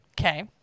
Okay